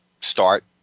start